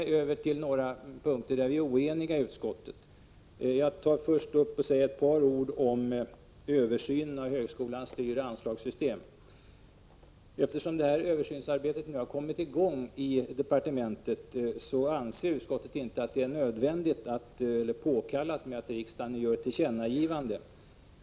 Sedan över till några punkter där vi är oeniga i utskottet. Jag tar först upp frågan om översynen av högskolans styroch anslagssystem. Eftersom översynsarbetet nu har kommit i gång i departementet anser utskottsmajoriteten inte att det är påkallat att riksdagen gör ett tillkännagivande.